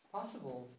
Possible